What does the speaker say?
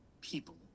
people